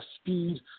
speed